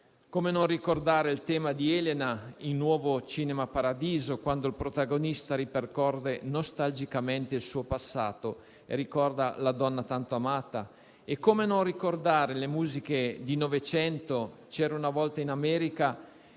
Come non ricordare il tema di Elena in «Nuovo cinema paradiso», quando il protagonista ripercorre nostalgicamente il suo passato e rammenta la donna tanto amata? Come non ricordare le musiche di «Novecento» o «C'era una volta in America»,